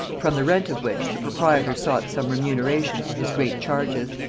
from the rent of which the proprietor sought some remuneration for his great charges.